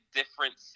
different